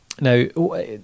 Now